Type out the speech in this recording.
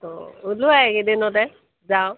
অঁৱা ওলোৱা এইকেইদিনতে যাওঁ